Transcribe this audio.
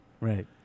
Right